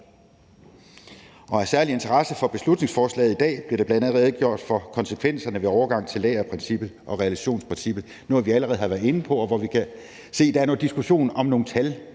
år. Af særlig interesse for beslutningsforslaget i dag blev der bl.a. redegjort for konsekvenserne ved overgang fra lagerprincippet til realisationsprincippet. Det er noget, vi allerede har været inde på, og vi kan se, at der er diskussion om nogle tal.